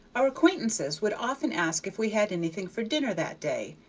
our acquaintances would often ask if we had anything for dinner that day,